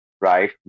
right